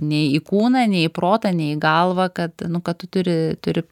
nei į kūną nei į protą nei į galvą kad nu kad tu turi turi